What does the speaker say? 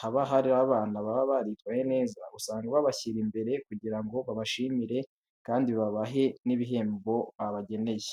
haba hari abana baba baritwaye neza, usanga babashyira imbere kugira ngo babashimire kandi babahe n'ibihembo babageneye.